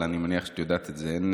אבל אני מניח שאת יודעת את זה.